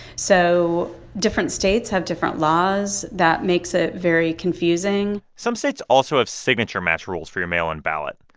so different states have different laws. that makes it very confusing some states also have signature-match rules for your mail-in ballot.